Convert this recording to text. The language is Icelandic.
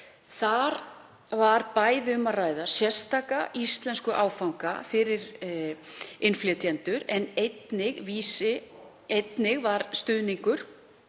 Þar var bæði um að ræða sérstaka íslenskuáfanga fyrir innflytjendur en einnig var stuðningur